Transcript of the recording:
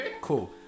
Cool